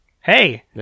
Hey